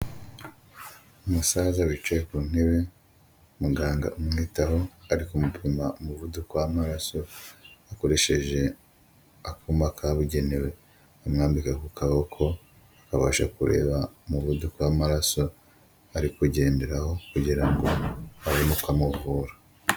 Umusaza wicaye ku ntebe muganga umwitaho ari kumupima umuvuduko w'amaraso akoresheje akuma kabugenewe amwambika ku kaboko, akabasha kureba umuvuduko w'amaraso ari kugenderaho kugira ngo abone uko amuvura.